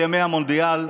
בימי המונדיאל,